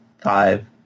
Five